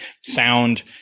sound